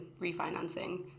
refinancing